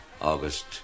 August